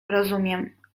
rozumiem